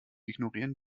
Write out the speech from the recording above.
ignorieren